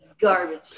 Garbage